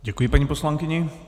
Děkuji paní poslankyni.